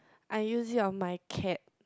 I use it on my cat